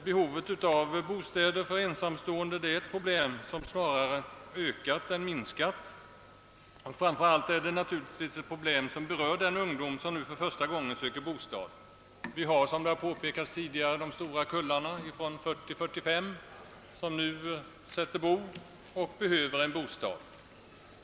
Behovet av bostäder för ensamstående är ett problem som snarare ökat än minskat, och framför allt berör det naturligtvis de ungdomar som första gången söker bostad. Och såsom påpekats tidigare är det de stora kullarna från åren 1940— 1945 som nu sätter bo och behöver en bostad.